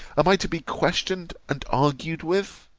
am i to be questioned, and argued with?